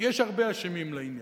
כי יש הרבה אשמים בעניין.